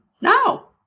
No